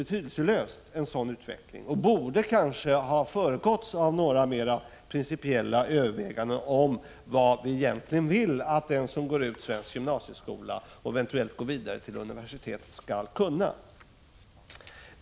En sådan utveckling är naturligtvis inte betydelselös, och den borde kanske ha föregåtts av några mera principiella överväganden om vad vi egentligen vill att den som går ut svensk gymnasieskola och eventuellt fortsätter på universitet skall kunna.